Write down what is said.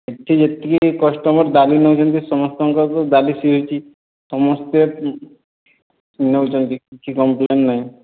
ଏଇଠି ଯେତିକି କଷ୍ଟମର୍ ଡାଲି ନେଉଛନ୍ତି ସମସ୍ତଙ୍କରୁ ଡାଲି ଶିଝୁଛି ସମସ୍ତେ ନେଉଛନ୍ତି କିଛି କମ୍ପ୍ଲେନ୍ ନାହିଁ